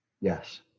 Yes